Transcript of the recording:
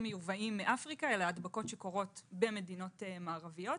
מיובאים מאפריקה אלא הדבקות שקורות במדינות מערביות.